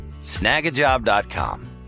Snagajob.com